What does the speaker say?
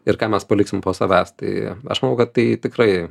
ir ką mes paliksim po savęs tai aš manau kad tai tikrai